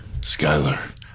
Skyler